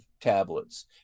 tablets